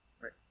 right